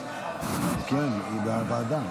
תוצאות ההצבעה: